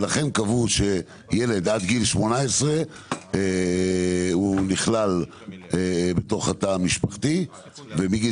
ולכן קבעו שילד עד גיל 18 הוא נכלל בתוך התא המשפחתי ומגיל